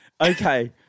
okay